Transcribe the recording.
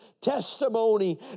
testimony